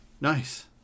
nice